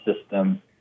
system